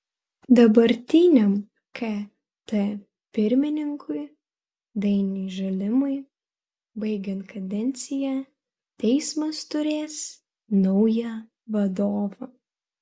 dabartiniam kt pirmininkui dainiui žalimui baigiant kadenciją teismas turės naują vadovą